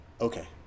Okay